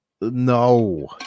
No